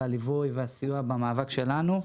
הליווי והסיוע במאבק שלנו,